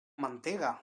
mantega